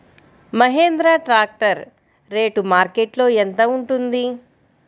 Mahindra tractor rate మార్కెట్లో యెంత ఉంటుంది?